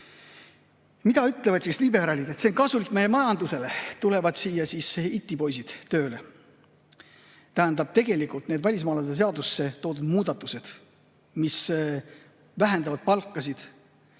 Mida ütlevad liberaalid? See [seadus] on kasulik meie majandusele, siia tulevad itipoisid tööle. Tähendab, tegelikult need välismaalaste seadusesse tehtud muudatused, mis vähendavad palkasid,